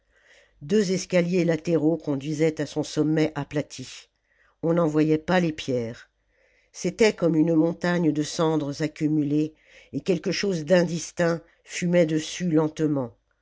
deux escaliers latéraux conduisaient à son sommet aplati on n'en voyait pas les pierres c'était comme une montagne de cendres accumulées et quelque chose d'indistinct fumait dessus lentement